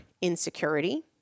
insecurity